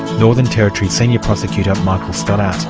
northern territory senior prosecutor, michael stoddart.